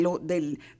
del